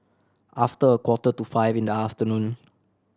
after a quarter to five in the afternoon